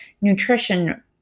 nutrition